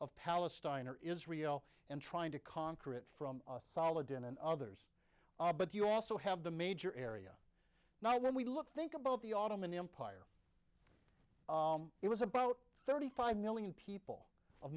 of palestine or israel and trying to conquer it from solid in and others but you also have the major area now when we look think about the ottoman empire it was about thirty five million people